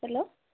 hello